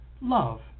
love